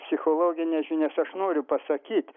psichologines žinias aš noriu pasakyti